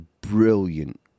brilliant